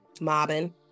mobbing